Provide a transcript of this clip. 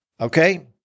okay